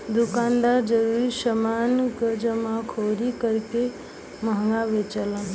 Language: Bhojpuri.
दुकानदार जरूरी समान क जमाखोरी करके महंगा बेचलन